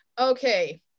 Okay